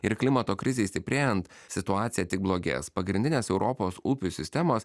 ir klimato krizei stiprėjant situacija tik blogės pagrindinės europos upių sistemos